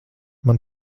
man